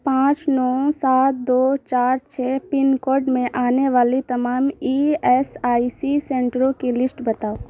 پانچ نو سات دو چار چھ پن کوڈ میں آنے والی تمام ای ایس آئی سی سینٹروں کی لسٹ بتاؤ